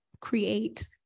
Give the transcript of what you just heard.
create